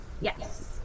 yes